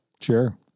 sure